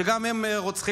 שגם הם רוצחים,